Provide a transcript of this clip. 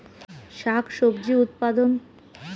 শাক সবজি উৎপাদন করতে গেলে সেটা জমির মাটিতে চাষ করে